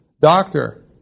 Doctor